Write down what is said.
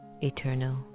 eternal